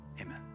Amen